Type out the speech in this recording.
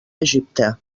egipte